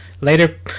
later